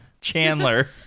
Chandler